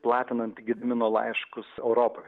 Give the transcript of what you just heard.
platinant gedimino laiškus europoj